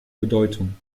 bedeutung